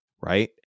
right